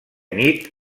nit